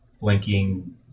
blinking